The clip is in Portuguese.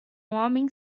homem